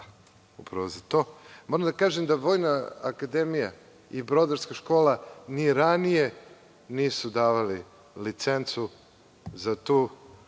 ste rekli, moram da kažem da Vojna akademija i Brodarska škola ni ranije nisu davali licencu za tu